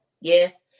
Yes